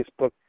Facebook